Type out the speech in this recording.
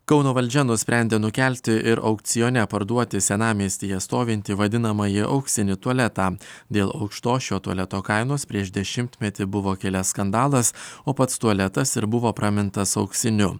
kauno valdžia nusprendė nukelti ir aukcione parduoti senamiestyje stovintį vadinamąjį auksinį tualetą dėl aukštos šio tualeto kainos prieš dešimtmetį buvo kilęs skandalas o pats tualetas ir buvo pramintas auksiniu